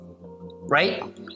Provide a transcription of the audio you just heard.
right